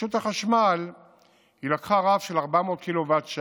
רשות החשמל לקחה רף של 400 קוט"ש